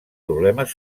problemes